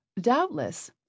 Doubtless